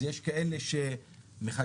אז יש כאלה שמחכים